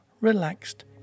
relaxed